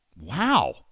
Wow